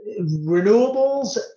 renewables